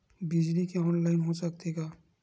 बिजली के ऑनलाइन हो सकथे का?